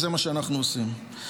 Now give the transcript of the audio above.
וזה מה שאנחנו עושים.